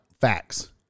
facts